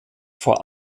vor